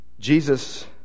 Jesus